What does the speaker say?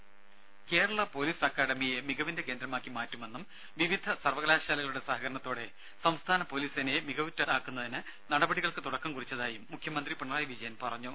ദേദ കേരള പൊലീസ് അക്കാഡമിയെ മികവിന്റെ കേന്ദ്രമാക്കി മാറ്റുമെന്നും വിവിധ സർവകലാശാലകളുടെ സഹകരണത്തോടെ സംസ്ഥാന പൊലീസ് സേനയെ മികവുറ്റതാക്കുന്നതിന് നടപടികൾക്ക് തുടക്കം കുറിച്ചതായും മുഖ്യമന്ത്രി പിണറായി വിജയൻ പറഞ്ഞു